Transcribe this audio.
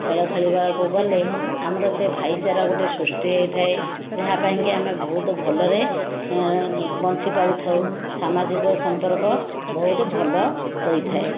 ଖେଳ ଖେଳିବାକୁ ଗଲେ ଆମର ସେ ଭାଇଚାରା ଗୋଟିଏ ସୃଷ୍ଟି ହୋଇଥାଏ ଯାହାପାଇଁ କି ଆମେ ବହୁତ ଭଲରେ ବଞ୍ଚି ପାରିଥାଉ ଯାହାଫଳରେ ସାମାଜିକ ସମ୍ପର୍କ ବହୁତ ଭଲ ହୋଇଥାଏ